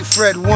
Fred